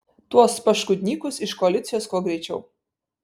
tuos paškudnykus iš koalicijos kuo greičiau